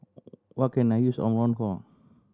what can I use Omron for